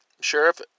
Sheriff